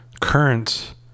current